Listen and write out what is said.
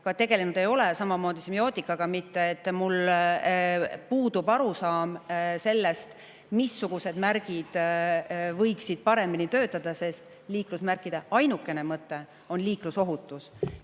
ma tegelenud ei ole, ka semiootikaga mitte. Mul puudub arusaam sellest, missugused märgid võiksid paremini töötada, sest liiklusmärkide ainukene mõte on liiklusohutus.